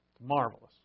Marvelous